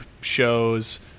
shows